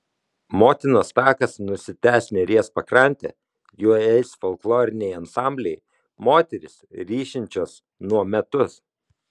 motinos takas nusitęs neries pakrante juo eis folkloriniai ansambliai moterys ryšinčios nuometus